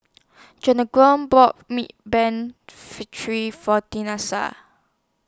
bought Me Ban For